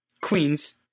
Queens